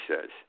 says